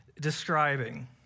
describing